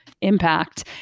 impact